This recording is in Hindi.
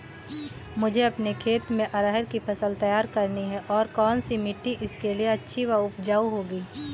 मुझे अपने खेत में अरहर की फसल तैयार करनी है और कौन सी मिट्टी इसके लिए अच्छी व उपजाऊ होगी?